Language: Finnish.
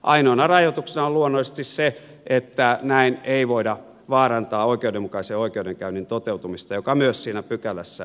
ainoana rajoituksena on luonnollisesti se että näin ei voida vaarantaa oikeudenmukaisen oikeudenkäynnin toteutumista joka myös siinä pykälässä on sanottu